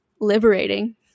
liberating